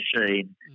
machine